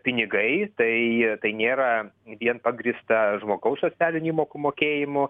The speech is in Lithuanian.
pinigai tai tai nėra vien pagrįsta žmogaus socialinių įmokų mokėjimu